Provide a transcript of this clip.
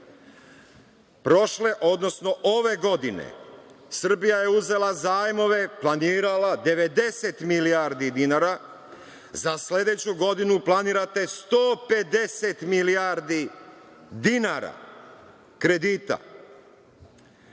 dinara. Prošle, odnosno ove godine, Srbija je uzela zajmove, planirala 90 milijardi dinara. Za sledeću godinu planirate 150 milijardi dinara kredita.